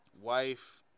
wife